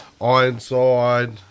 Ironside